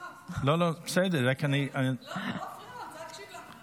לא, אני לא מפריעה, אני רוצה להקשיב לה.